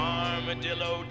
armadillo